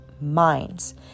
minds